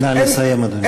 נא לסיים, אדוני.